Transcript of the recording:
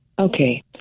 okay